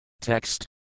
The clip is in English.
Text